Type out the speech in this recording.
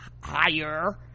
higher